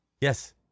Yes